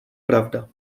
pravda